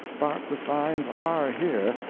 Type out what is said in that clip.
but the signs are here,